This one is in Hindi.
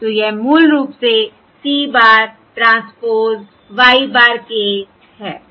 तो यह मूल रूप से C bar transpose y bar k है